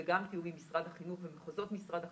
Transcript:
וגם תיאום עם משרד החינוך ומחוזות משרד החינוך,